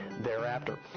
thereafter